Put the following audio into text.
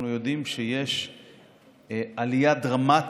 אנחנו יודעים שיש עלייה דרמטית.